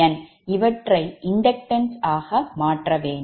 இவற்றை inductance ஆகமாற்ற வேண்டும்